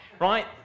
right